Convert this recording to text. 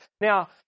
Now